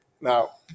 now